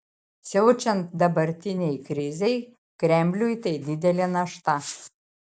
siaučiant dabartinei krizei kremliui tai didelė našta